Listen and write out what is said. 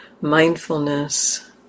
mindfulness